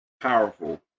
powerful